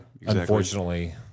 Unfortunately